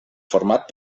format